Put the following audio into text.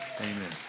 Amen